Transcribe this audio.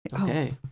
Okay